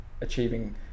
achieving